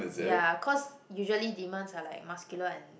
ya cause usually demons are like muscular and